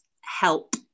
help